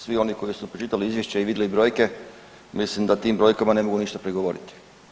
Svi oni koji su pročitali Izvješće i vidli brojke, mislim da tim brojkama ne mogu ništa prigovoriti.